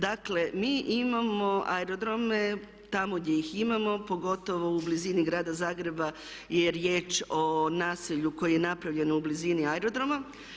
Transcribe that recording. Dakle, mi imamo aerodrome tamo gdje ih imamo, pogotovo u blizini grada Zagreba je riječ o naselju koje je napravljeno u blizini aerodroma.